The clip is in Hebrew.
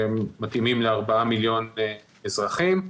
שהן מתאימות ל-4 מיליון אזרחים.